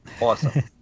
Awesome